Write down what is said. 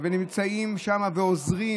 ונמצאים שם ועוזרים,